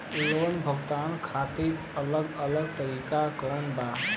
Loan भुगतान खातिर अलग अलग तरीका कौन बा?